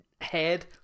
head